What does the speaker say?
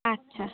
আচ্ছা